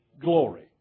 glory